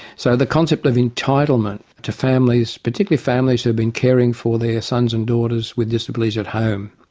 so the concept of entitlement to families, particularly families who have been caring for their sons and daughters with disabilities at home.